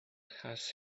has